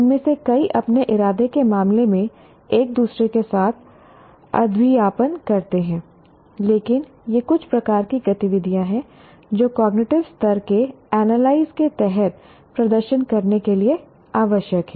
उनमें से कई अपने इरादे के मामले में एक दूसरे के साथ अधिव्यापन करते हैं लेकिन ये कुछ प्रकार की गतिविधियां हैं जो कॉग्निटिव स्तर के एनालाइज के तहत प्रदर्शन करने के लिए आवश्यक हैं